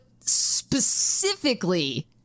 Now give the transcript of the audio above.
specifically